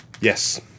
Yes